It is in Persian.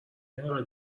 اینقدر